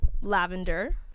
Lavender